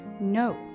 No